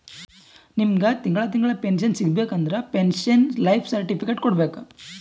ನಿಮ್ಮಗ್ ತಿಂಗಳಾ ತಿಂಗಳಾ ಪೆನ್ಶನ್ ಸಿಗಬೇಕ ಅಂದುರ್ ಪೆನ್ಶನ್ ಲೈಫ್ ಸರ್ಟಿಫಿಕೇಟ್ ಕೊಡ್ಬೇಕ್